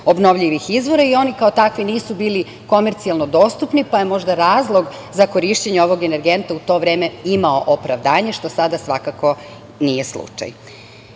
obnovljivih izvora i oni kao takvi nisu bili komercijalno dostupni, pa je možda razlog za korišćenje ovog energenta u to vreme imao opravdanje, što sada svakako nije slučaj. Ne